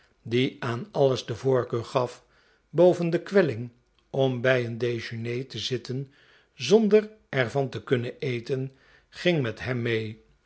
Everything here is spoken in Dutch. die aan alles de voorkeur gaf boven de kwelling om bij een dejeuner te zitten zonder er van te kunnen eten ging met hem mee